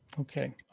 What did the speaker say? Okay